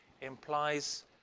implies